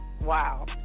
Wow